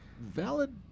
valid